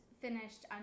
finished